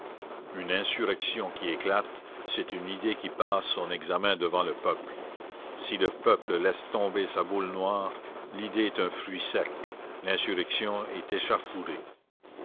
une insurrection qui éclate c'est une idée qui passe son examen devant le peuple si le peuple laisse tomber sa boule noire l'idée est fruit sec l'insurrection est échauffourée